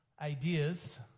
ideas